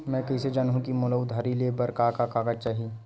मैं कइसे जानहुँ कि मोला उधारी ले बर का का कागज चाही?